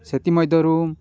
ସେଥି ମଧ୍ୟରୁ